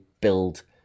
build